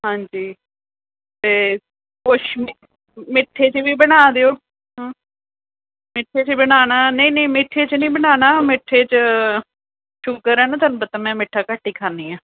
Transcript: ਹਾਂਜੀ ਅਤੇ ਕੁਛ ਮਿ ਮਿੱਠੇ 'ਚ ਵੀ ਬਣਾ ਦਿਓ ਹਾਂ ਮਿੱਠੇ 'ਚ ਬਣਾਉਣਾ ਨਹੀਂ ਨਹੀਂ ਮਿੱਠੇ 'ਚ ਨਹੀਂ ਬਣਾਉਣਾ ਮਿੱਠੇ 'ਚ ਸ਼ੂਗਰ ਹੈ ਨਾ ਤੁਹਾਨੂੰ ਪਤਾ ਮੈਂ ਮਿੱਠਾ ਘੱਟ ਹੀ ਖਾਂਦੀ ਹਾਂ